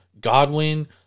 Godwin